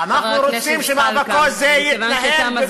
אנחנו רוצים שמאבקו זה יתנהל בגבולות,